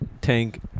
tank